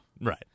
Right